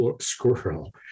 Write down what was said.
squirrel